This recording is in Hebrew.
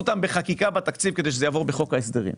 אותן בתקציב כדי שזה יעבור בחוק ההסדרים.